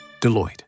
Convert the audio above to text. Deloitte